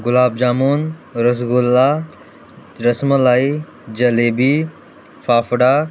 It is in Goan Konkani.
गुलाब जामून रसगुल्ला रसमलाय जलेबी फाफडा